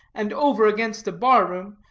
and over against a bar-room,